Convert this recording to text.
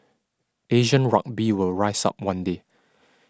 Asian rugby would rise up one day